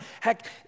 Heck